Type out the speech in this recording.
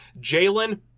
Jalen